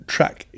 track